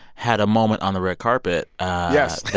had a moment on the red carpet yes.